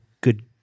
good